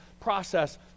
process